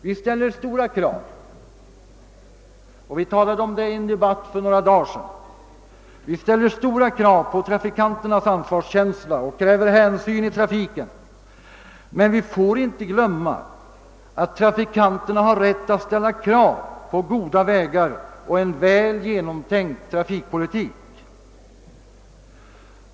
Vi ställer stora krav på trafikanternas ansvarskänsla — vi talade om det i en debatt för några dagar sedan — och kräver hänsyn i trafiken. Men vi får inte glömma att trafikanterna har rätt att ställa krav på goda vägar och en väl genomtänkt trafikpolitik.